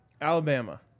Alabama